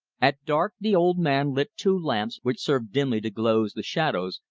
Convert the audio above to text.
at dark the old man lit two lamps, which served dimly to gloze the shadows,